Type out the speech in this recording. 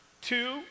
two